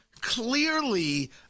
clearly